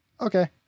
Okay